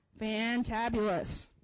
Fantabulous